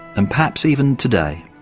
and perhaps even today,